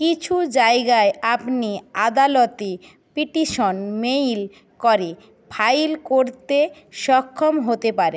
কিছু জায়গায় আপনি আদালতে পিটিশন মেল করে ফাইল করতে সক্ষম হতে পারেন